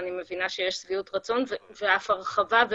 ואני מבינה שיש שביעות רצון ואף הרחבה.